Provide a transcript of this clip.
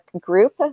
group